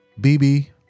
BB